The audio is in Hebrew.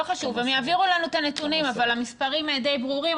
הם יעבירו לנו את הנתונים אבל המספרים די ברורים.